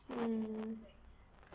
mm